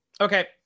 Okay